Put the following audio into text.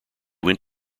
went